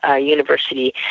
university